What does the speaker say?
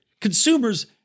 consumers